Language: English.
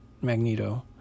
Magneto